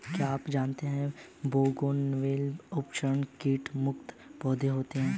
क्या आप जानते है बोगनवेलिया अपेक्षाकृत कीट मुक्त पौधे हैं?